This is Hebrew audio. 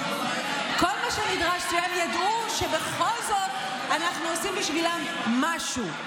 כל מה שנדרש הוא שהן ידעו שבכל זאת אנחנו עושים בשבילן משהו.